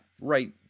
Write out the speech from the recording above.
right